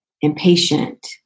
impatient